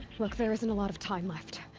look, there isn't a lot of time left.